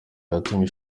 yatumye